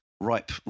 ripe